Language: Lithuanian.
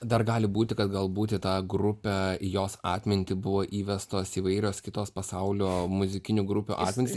dar gali būti kad galbūt į tą grupę jos atmintį buvo įvestos įvairios kitos pasaulio muzikinių grupių asmenys